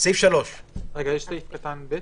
סעיף 3. רגע, יש סעיף קטן (ב)